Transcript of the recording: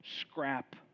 scrap